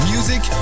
Music